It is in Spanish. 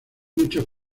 muchos